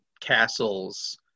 castles